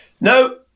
No